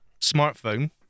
smartphone